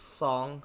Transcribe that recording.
song